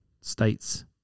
states